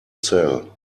sell